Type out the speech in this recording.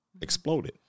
exploded